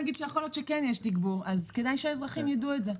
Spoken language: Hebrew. וגם אם נגיד יש תגבור, כדאי שהאזרחים ידעו את זה.